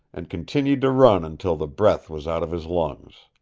and continued to run until the breath was out of his lungs.